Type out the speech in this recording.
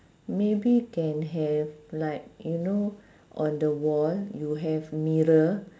maybe can have like you know on the wall you have mirror